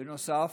בנוסף,